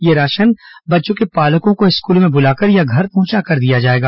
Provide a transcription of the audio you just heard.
यह राशन बच्चों के पालकों को स्कूलों में बुलाकर या घर पहुंचाकर दिया जाएगा